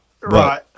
right